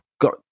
got –